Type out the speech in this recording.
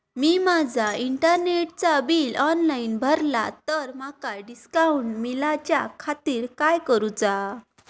मी माजा इंटरनेटचा bill online भरला तर माका डिस्काउंट मिलाच्या खातीर काय करुचा?